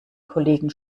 kollegen